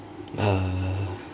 uh